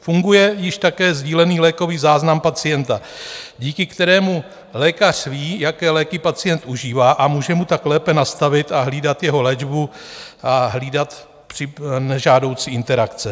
Funguje již také sdílený lékový záznam pacienta, díky kterému lékař ví, jaké léky pacient užívá, a může mu tak lépe nastavit a hlídat jeho léčbu a hlídat nežádoucí interakce.